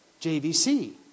JVC